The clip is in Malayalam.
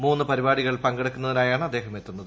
മൂന്ന് പരിപാടികളിൽ പങ്കെടുക്കുന്നതിനായാണ് അ്ദ്ദേഹം എത്തുന്നത്